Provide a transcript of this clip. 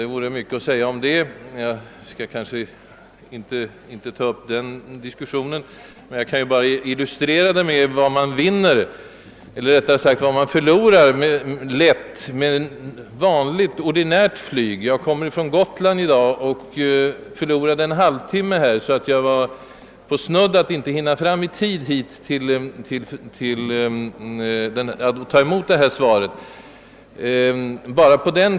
Det vore mycket att säga härom; jag skall kanske inte ta upp den diskussionen nu men jag vill illustrera min uppfattning med ett exempel på vad man lätt och ofta förlorar tid även med ordinärt flyg. Det är ju tidsvinsterna som åberopas som motiv för överljudsplanen och även jetflyget. Jag kom i dag från Gotland med flyg och förlorade en halvtimme bara på den korta resan — det var därför snudd på att jag inte hade hunnit fram i tid för att ta emot statsrådets svar här i dag.